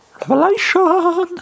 Revelation